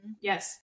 Yes